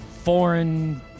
foreign